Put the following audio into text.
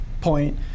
point